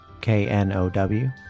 K-N-O-W